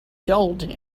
told